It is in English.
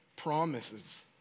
promises